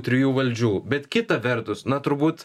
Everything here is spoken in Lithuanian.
trijų valdžių bet kita vertus na turbūt